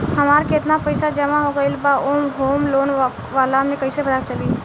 हमार केतना पईसा जमा हो गएल बा होम लोन वाला मे कइसे पता चली?